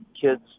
kids